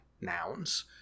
nouns